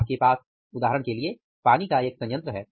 आपके पास उदाहरण के लिए पानी का एक संयंत्र है